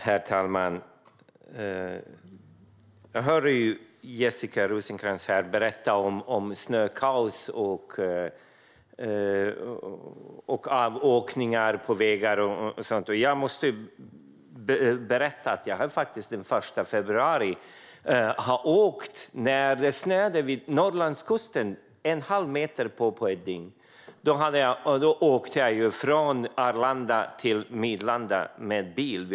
Herr talman! Jag hörde Jessica Rosencrantz här berätta om snökaos och avåkningar på vägar. Jag måste berätta att jag den 1 februari, när det snöade en halv meter på ett dygn vid Norrlandskusten, åkte från Arlanda till Midlanda med bil.